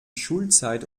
schulzeit